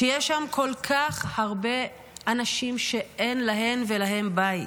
כשיש שם כל כך הרבה אנשים שאין להן ולהם בית,